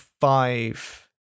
five